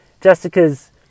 Jessica's